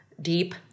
deep